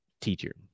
teacher